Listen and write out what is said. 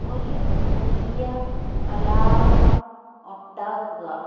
ഒരു പുതിയ അലാറം ഉണ്ടാക്കുക